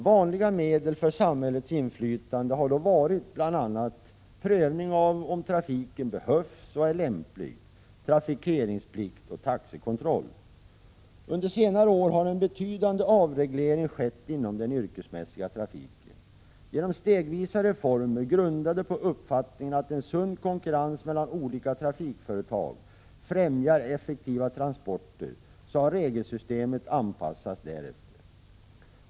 Vanliga medel för samhällets inflytande har då varit bl.a. prövning av om trafiken behövs och är lämplig, trafikeringsplikt och taxekontroll. Under senare år har en betydande avreglering skett inom den yrkesmässiga trafiken. Genom stegvisa reformer grundade på uppfattningen att en sund konkurrens mellan olika trafikföretag främjar effektiva transporter har regelsystemet anpassats till gällande krav.